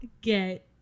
get